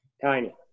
tiny